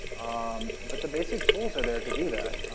um but the basic tools are there to do that.